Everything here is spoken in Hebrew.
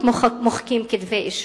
הציונות מוחקים כתבי אישום,